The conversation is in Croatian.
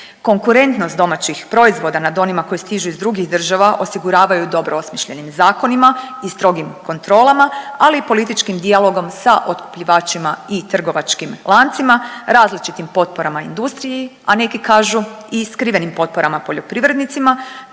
Konkurentnost domaćih proizvoda nad onima koji stižu iz drugih država, osiguravaju dobro osmišljenim zakonima i strogim kontrolama, ali i političkim dijalogom sa otkupljivačima i trgovačkim lancima, različitim potporama industriji, a neki kažu i skrivenim potporama poljoprivrednicima